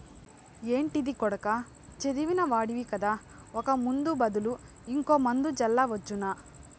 ఏంటిది కొడకా చదివిన వాడివి కదా ఒక ముందు బదులు ఇంకో మందు జల్లవచ్చునా